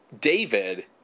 David